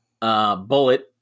bullet